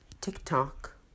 TikTok